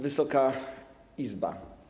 Wysoka Izbo!